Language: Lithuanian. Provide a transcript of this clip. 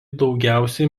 daugiausia